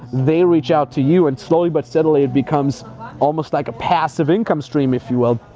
they reach out to you, and slowly but steadily, it becomes almost like a passive income stream, if you will.